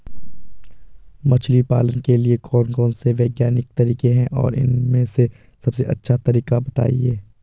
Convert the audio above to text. मछली पालन के लिए कौन कौन से वैज्ञानिक तरीके हैं और उन में से सबसे अच्छा तरीका बतायें?